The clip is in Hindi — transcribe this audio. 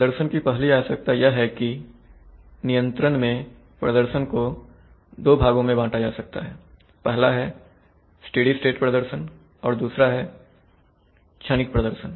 प्रदर्शन की पहली आवश्यकता यह है किनियंत्रण में प्रदर्शन को दो भागों में बांटा जा सकता हैपहला है स्टेडी स्टेट प्रदर्शन और दूसरा है क्षणिक प्रदर्शन